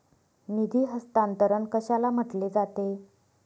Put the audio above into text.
निधी हस्तांतरण कशाला म्हटले जाते?